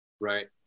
Right